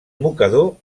mocador